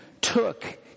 took